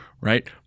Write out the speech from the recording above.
Right